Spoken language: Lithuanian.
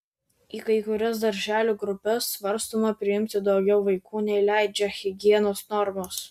į kai kurias darželių grupes svarstoma priimti daugiau vaikų nei leidžia higienos normos